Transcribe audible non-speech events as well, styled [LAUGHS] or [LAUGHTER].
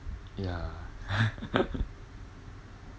ya [LAUGHS]